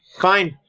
Fine